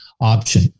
option